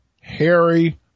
Harry